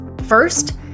First